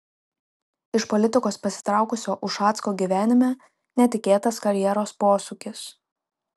iš politikos pasitraukusio ušacko gyvenime netikėtas karjeros posūkis